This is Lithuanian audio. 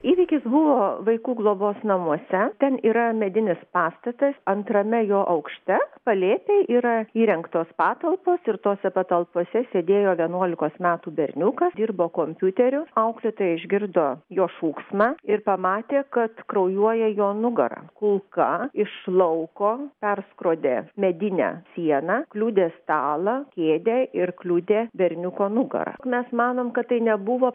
įvykis buvo vaikų globos namuose ten yra medinis pastatas antrame jo aukšte palėpėj yra įrengtos patalpos ir tose patalpose sėdėjo vienuolikos metų berniukas dirbo kompiuteriu auklėtoja išgirdo jo šūksmą ir pamatė kad kraujuoja jo nugara kulka iš lauko perskrodė medinę sieną kliudė stalą kėdę ir kliudė berniuko nugarą mes manom kad tai nebuvo